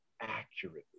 accurately